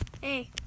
Hey